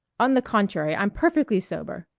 on the contrary, i'm perfectly sober.